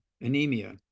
anemia